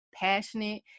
passionate